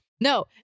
No